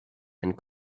and